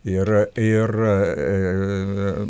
ir ir